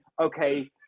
okay